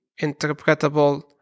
interpretable